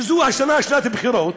שהשנה זו שנת בחירות,